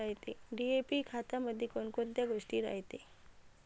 DAP खतामंदी कोनकोनच्या गोष्टी रायते?